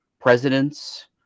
presidents